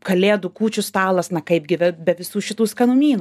kalėdų kūčių stalas na kaipgi be be visų šitų skanumynų